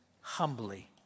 humbly